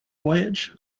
voyage